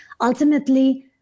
Ultimately